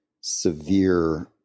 severe